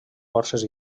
forces